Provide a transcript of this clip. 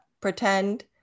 pretend